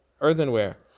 earthenware